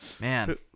man